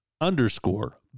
underscore